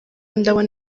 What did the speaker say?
ndabona